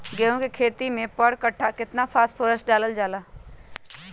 गेंहू के खेती में पर कट्ठा केतना फास्फोरस डाले जाला?